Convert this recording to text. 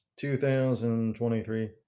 2023